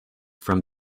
from